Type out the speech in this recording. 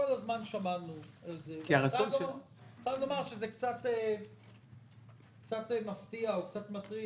כל הזמן שמענו את זה ואפשר לומר שזה קצת מפתיע או קצת מטריד,